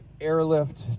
airlift